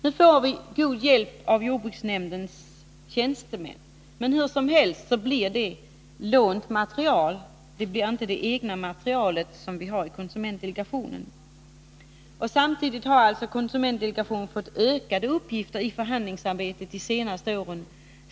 Vi får god hjälp av jordbruksnämndens tjänstemän, men hur som helst blir det lånat material, inte det egna materialet, som vi har i konsumentdelegationen. Samtidigt har alltså konsumentdelegationen fått ökade uppgifter i förhandlingsarbetet under de närmaste åren.